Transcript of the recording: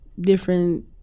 different